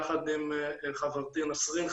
יחד עם חברתי נסרין,